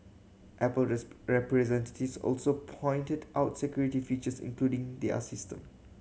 apple representatives also pointed out security features including their system